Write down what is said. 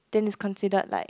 then it's considered like